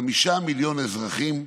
חמישה מיליון אזרחים,